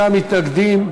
48 מתנגדים,